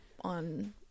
on